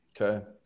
okay